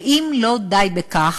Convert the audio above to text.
ואם לא די בכך,